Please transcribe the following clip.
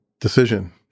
decision